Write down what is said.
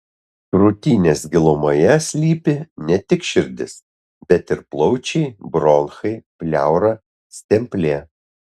krūtinės gilumoje slypi ne tik širdis bet ir plaučiai bronchai pleura stemplė